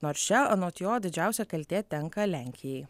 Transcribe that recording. nors čia anot jo didžiausia kaltė tenka lenkijai